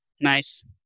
Nice